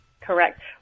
Correct